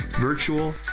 virtual